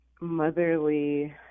motherly